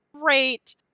great